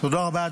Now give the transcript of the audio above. תודה רבה.